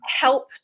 help